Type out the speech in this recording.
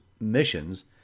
missions